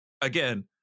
Again